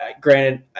granted